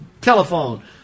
telephone